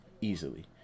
easily